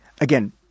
Again